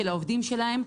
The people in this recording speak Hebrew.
של העובדים שלהם.